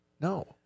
No